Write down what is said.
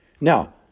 Now